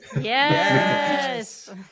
Yes